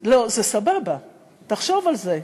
לא, זה סבבה, תחשוב על זה,